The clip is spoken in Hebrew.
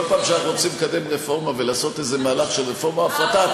כל פעם שאנחנו רוצים לקדם רפורמה ולעשות איזה מהלך של רפורמה או הפרטה,